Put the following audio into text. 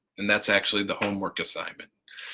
and that's actually the homework assignment.